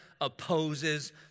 opposes